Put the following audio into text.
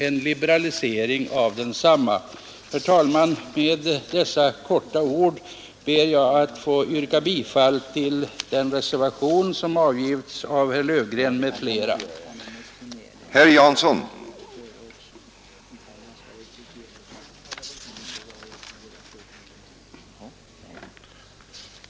Herr talman! Med dessa få ord ber jag att få yrka bifall till den reservation som jag avgivit tillsammans med fem andra ledamöter i utskottet.